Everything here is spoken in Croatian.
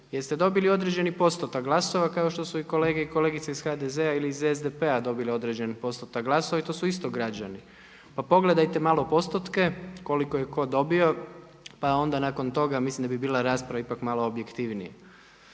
ste dobili određeni postotak glasova kao što su i kolege i kolegice iz HDZ-a ili SDP-a dobili određeni postotak glasova i to su isto građani. Pa pogledajte malo postotke koliko je ko dobio pa onda nakon toga mislim da bi bila rasprava malo objektivnija.